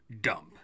dump